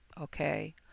okay